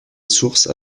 source